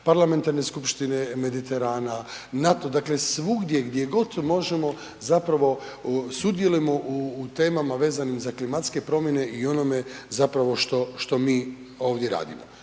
Parlamentarne skupštine Mediterana, NATO, dakle svugdje gdje god možemo zapravo sudjelujemo u temama vezanim za klimatske promjene i onome zapravo što, što mi ovdje radimo,